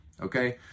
Okay